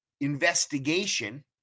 investigation